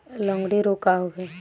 लगंड़ी रोग का होखे?